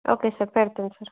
okay sir పెడతాను sir